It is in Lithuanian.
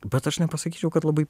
bet aš nepasakyčiau kad labai